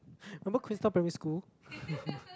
remember Queenstown-Primary-School